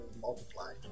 multiply